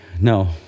No